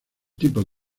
tipos